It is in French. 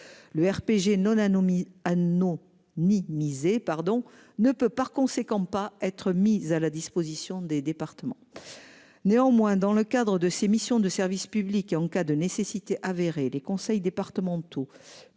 de miser pardon ne peut par conséquent pas être mis à la disposition des départements. Néanmoins, dans le cadre de ses missions de service public et en cas de nécessité avérée les conseils départementaux